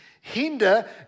hinder